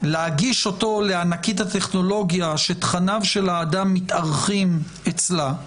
להגיש אותו לענקית הטכנולוגיה שתכניו של האדם מתארחים אצלה,